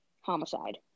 homicide